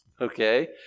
okay